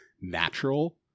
natural